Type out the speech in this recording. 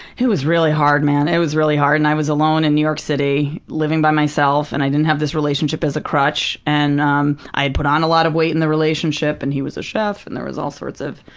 was really hard, man. it was really hard. and i was alone in new york city. living by myself, and i didn't have this relationship as a crutch. and um i had put on a lot of weight in the relationship and he was a chef and there was all sorts of